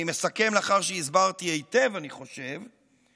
אני מסכם, לאחר שהסברתי היטב, אני חושב,